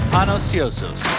Panosiosos